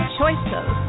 choices